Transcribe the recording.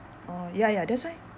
oh ya ya that's why